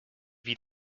wie